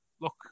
Look